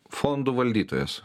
fondų valdytojas